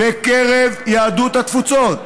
זה בקרב יהדות התפוצות.